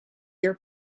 your